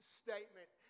statement